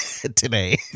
today